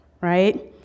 right